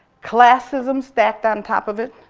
classism stacked on top of it,